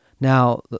Now